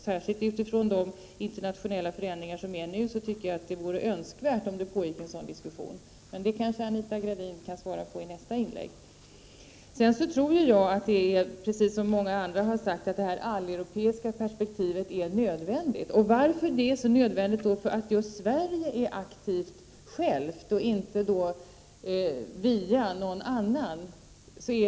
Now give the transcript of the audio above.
Särskilt med tanke på de internationella förändringar som sker nu tycker jag att det vore önskvärt om det pågick en sådan diskussion. Men detta kanske Anita Gradin kan svara på i nästa inlägg. Sedan tror jag att det här alleuropeiska perspektivet är nödvändigt — precis som många andra har sagt. Och det är nödvändigt att just Sverige är aktivt självt och inte via någon annan.